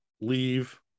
leave